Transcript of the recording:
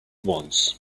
wants